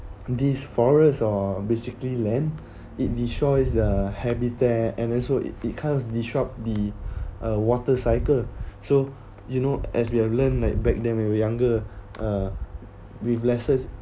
these forests uh basically land it destroy the habitat and also it it kind of disrupt the uh water cycle so you know as we have learn like back then when we younger uh with lesser